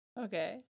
okay